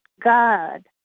God